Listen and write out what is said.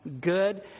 good